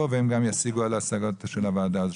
והם גם ישיגו על ההשגות של הוועדה הזו,